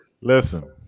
Listen